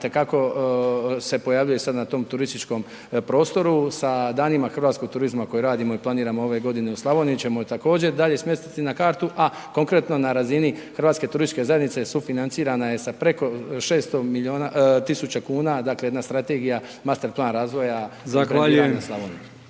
kako se pojavljuje sad na tom turističkom prostoru sa danima hrvatskog turizma koje radimo i planiramo ove godine u Slavoniji ćemo ju također dalje smjestiti na kartu, a konkretno, na razini HTZ-a sufinancirana je sa preko 600 tisuća kuna, dakle jedna strategija masterplan razvoja .../Upadica: